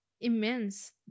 immense